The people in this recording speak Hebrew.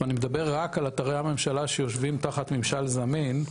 ואני מדבר רק על אתרי הממשלה שיושבים תחת ממשל זמין,